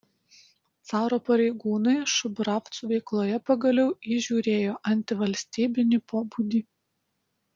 caro pareigūnai šubravcų veikloje pagaliau įžiūrėjo antivalstybinį pobūdį